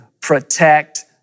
protect